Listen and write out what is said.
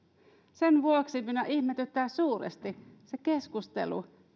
sen vuoksi minua ihmetyttää suuresti se keskustelu